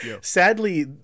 Sadly